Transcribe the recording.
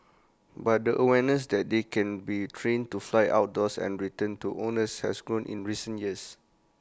but the awareness that they can be trained to fly outdoors and return to owners has grown in recent years